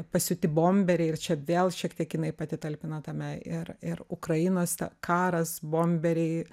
pasiūti bomberiai ir čia vėl šiek tiek jinai pati talpina tame ir ir ukrainos ta karas bomberiai